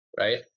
right